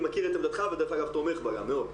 אני מכיר את עמדתך וגם תומך בה מאוד.